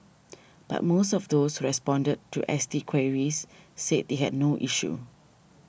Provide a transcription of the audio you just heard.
but most of those who responded to S T queries said they had no issue